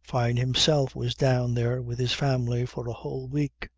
fyne himself was down there with his family for a whole week